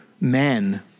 men